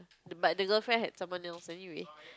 but the girlfriend had someone else anyway